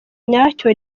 nyacyo